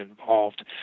involved